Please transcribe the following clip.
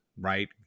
right